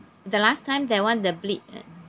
the last time that [one] the bleed